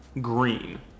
green